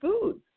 foods